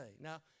Now